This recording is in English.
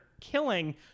killing